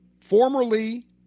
formerly